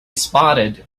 spotted